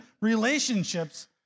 relationships